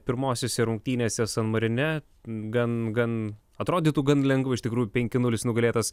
pirmosiose rungtynėse san marine gan gan atrodytų gan lengvu iš tikrųjų penki nulis nugalėtas